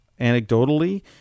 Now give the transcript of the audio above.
Anecdotally